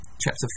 chapter